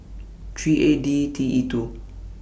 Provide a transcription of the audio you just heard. three eight D T E two